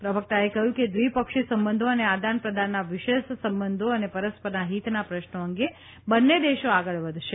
પ્રવકતાએ કહ્યું કે દ્વિપક્ષી સંબંધો અને આદાનપ્રદાનના વિશેષ સંબંધો અને પરસ્પરના હીતના પ્રશ્નો અંગે બંને દેશો આગળ વધશે